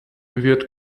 wird